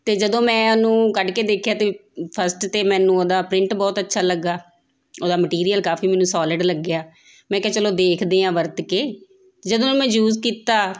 ਅਤੇ ਜਦੋਂ ਮੈਂ ਉਹਨੂੰ ਕੱਢ ਕੇ ਦੇਖਿਆ ਅਤੇ ਫਸਟ ਤਾਂ ਮੈਨੂੰ ਉਹਦਾ ਪ੍ਰਿੰਟ ਬਹੁਤ ਅੱਛਾ ਲੱਗਾ ਉਹਦਾ ਮਟੀਰੀਅਲ ਕਾਫੀ ਮੈਨੂੰ ਸੋਲਿਡ ਲੱਗਿਆ ਮੈਂ ਕਿਹਾ ਚਲੋ ਦੇਖਦੇ ਹਾਂ ਵਰਤ ਕੇ ਜਦੋਂ ਮੈਂ ਯੂਜ ਕੀਤਾ